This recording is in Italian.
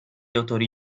autori